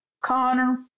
Connor